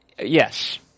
Yes